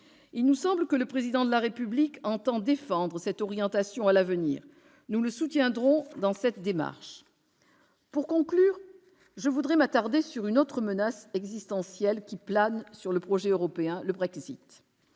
Il nous semble que le Président de la République entend défendre cette orientation à l'avenir ; nous le soutiendrons dans cette démarche. Pour conclure, je voudrais m'attarder sur une autre menace existentielle qui plane sur le projet européen, le Brexit.